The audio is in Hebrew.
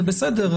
זה בסדר.